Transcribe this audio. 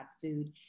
food